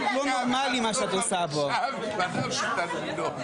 זה בכלל חלק מהמנוע העיקרי בריצת האמוק הזאת לאישור של החוק הזה.